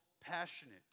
passionate